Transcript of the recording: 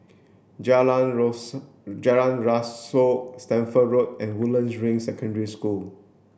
Jalan Jalan Rasok Stamford Road and Woodlands Ring Secondary School